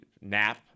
nap